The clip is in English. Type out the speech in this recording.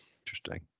Interesting